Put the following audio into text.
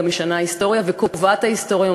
משנה את ההיסטוריה וקובעת את ההיסטוריה,